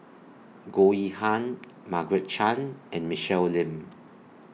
Goh Yihan Margaret Chan and Michelle Lim